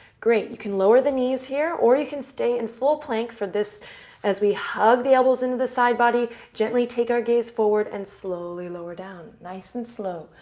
great. you can lower the knees here, or you can stay in and full plank for this as we hug the elbows into the side body. gently take our gaze forward, and slowly lower down. nice and slow.